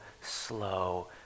slow